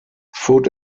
food